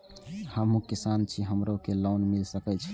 हमू किसान छी हमरो के लोन मिल सके छे?